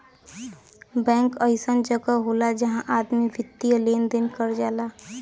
bank अइसन जगह होला जहां आदमी वित्तीय लेन देन कर जाला